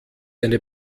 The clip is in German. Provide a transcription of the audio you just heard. eine